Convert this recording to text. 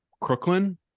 Crooklyn